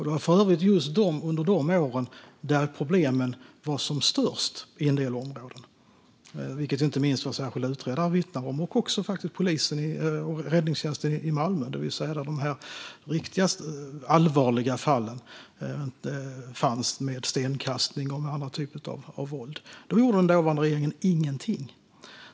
Det var för övrigt under just de åren som problemen var som störst i en del områden, vilket inte minst vår särskilda utredare vittnar om och faktiskt också polisen och räddningstjänsten i Malmö, det vill säga där de mest allvarliga fallen fanns med stenkastning och andra typer av våld. Då gjorde den dåvarande regeringen ingenting.